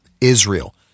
Israel